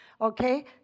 Okay